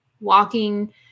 walking